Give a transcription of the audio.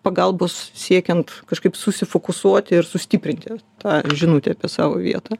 pagalbos siekiant kažkaip susifokusuoti ir sustiprinti tą žinutę apie savo vietą